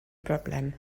broblem